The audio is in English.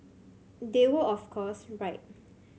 they were of course right